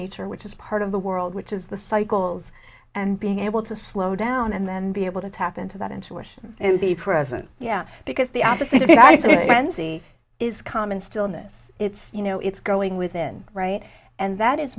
nature which is part of the world which is the cycles and being able to slow down and then be able to tap into that intuition and be present yeah because the opposite of what i say wenzi is common stillness it's you know it's going within right and that is